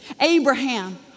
Abraham